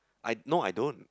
I no I don't